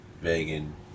vegan